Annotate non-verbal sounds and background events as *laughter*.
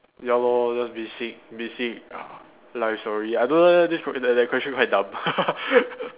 ya lor just basic basic life story I don't know leh this that that question quite dumb *laughs*